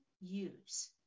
use